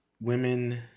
women